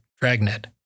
Dragnet